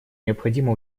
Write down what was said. необходимо